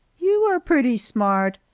you are pretty smart,